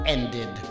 Ended